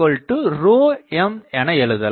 Bmஎன எழுதலாம்